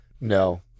No